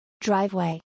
Driveway